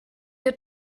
your